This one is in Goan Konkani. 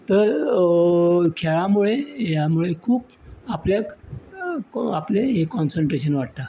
तर खेळा मुळे ह्या मुळे खूब आपल्याक आपले हें काँसेंट्रेशन वाडटा